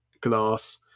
glass